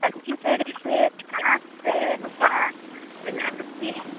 ᱯᱟᱸᱧᱪᱤ ᱥᱟᱹᱲᱤ ᱥᱮ ᱛᱟᱸᱛ ᱥᱮ ᱱᱚᱝᱠᱟ ᱵᱮᱱᱟᱨᱚᱥᱤ